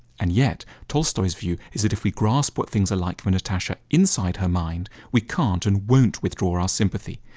and yet tolstoy's view is that if we grasp what things are like for natasha inside her mind, we can't and won't withdraw our sympathy.